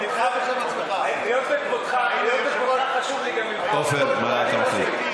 היות שכבודך, חשוב לי, עפר, מה אתה מחליט?